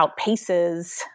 outpaces